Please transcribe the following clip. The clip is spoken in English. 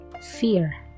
fear